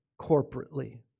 corporately